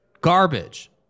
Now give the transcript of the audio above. Garbage